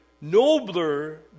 nobler